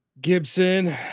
Gibson